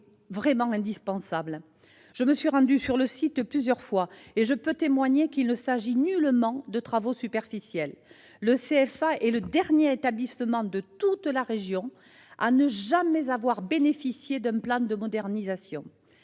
est donc indispensable. Je me suis rendue sur le site à plusieurs reprises et je peux témoigner qu'il ne s'agit nullement de travaux superflus. Le CFA est le dernier établissement de toute la région à ne jamais avoir bénéficié d'un plan de modernisation.